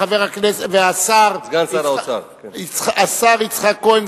והשר יצחק כהן,